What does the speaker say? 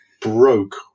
broke